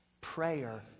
Prayer